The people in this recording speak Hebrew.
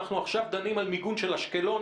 אנחנו עכשיו דנים על מיגון של אשקלון.